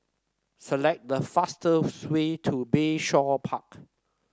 select the fastest way to Bayshore Park